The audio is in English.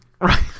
Right